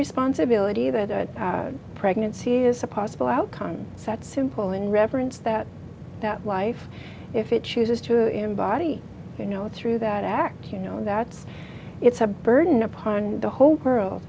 responsibility that a pregnancy is a possible outcome it's that simple and reverence that that life if it chooses to embody you know it through that act you know that's it's a burden upon the whole world